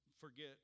forget